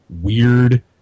weird